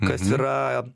kas yra